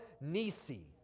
Nisi